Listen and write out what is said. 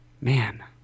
man